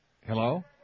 Hello